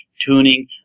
tuning